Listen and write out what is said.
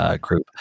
group